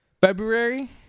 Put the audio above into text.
February